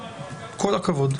עם כל הכבוד.